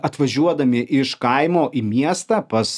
atvažiuodami iš kaimo į miestą pas